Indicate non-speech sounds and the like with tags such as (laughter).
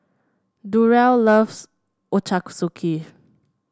Durrell loves (unintelligible)